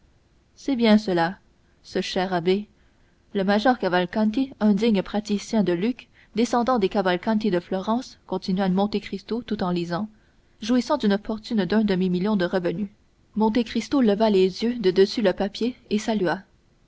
c'est bien cela ce cher abbé le major cavalcanti un digne praticien de lucques descendant des cavalcanti de florence continua monte cristo tout en lisant jouissant d'une fortune d'un demi-million de revenu monte cristo leva les yeux de dessus le papier et salua